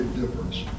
difference